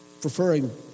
Preferring